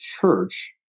church